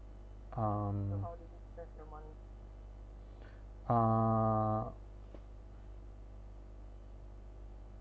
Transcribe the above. um uh